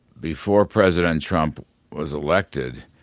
before president trump was elected,